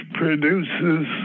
produces